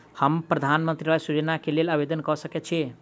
हम प्रधानमंत्री आवास योजना केँ लेल आवेदन कऽ सकैत छी?